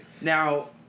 now